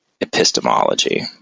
epistemology